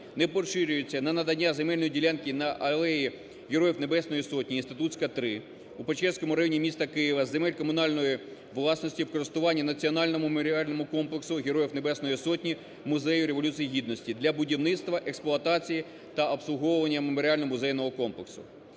не поширюється на надання земельної ділянки на Алеї Героїв Небесної Сотні, Інститутська, 3, у Печерському районі міста Києва з земель комунальної власності в користування Національному меморіальному комплексу Героїв Небесної Сотні Музею Революції Гідності для будівництва, експлуатації, та обслуговування меморіально-музейного комплексу.